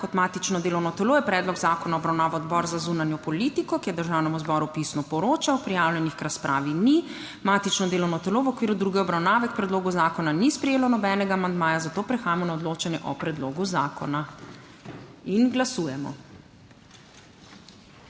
kot matično delovno telo obravnaval Odbor za zunanjo politiko, ki je Državnemu zboru pisno poročal. Prijavljenih k razpravi ni. Matično delovno telo v okviru druge obravnave k predlogu zakona ni sprejelo nobenega amandmaja, zato prehajamo na odločanje o predlogu zakona. Glasujemo.